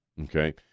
Okay